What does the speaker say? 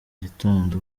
gitondo